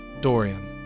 Dorian